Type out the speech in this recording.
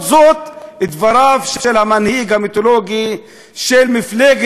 לדבריו של המנהיג המיתולוגי של מפלגת חרות,